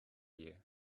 you